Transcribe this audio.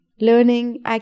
learning